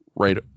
right